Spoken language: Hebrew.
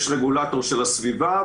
יש רגולטור של הסביבה,